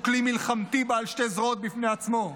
הוא כלי מלחמתי בעל שתי זרועות בפני עצמו: